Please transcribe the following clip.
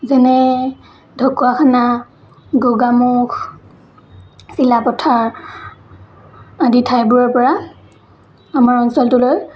যেনে ঢকুৱাখানা গোগামুখ চিলাপথাৰ আদি ঠাইবোৰৰ পৰা আমাৰ অঞ্চলটোলৈ